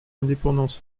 indépendance